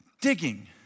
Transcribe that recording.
digging